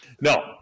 No